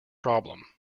problem